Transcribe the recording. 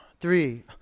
three